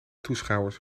toeschouwers